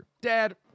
Dad